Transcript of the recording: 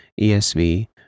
ESV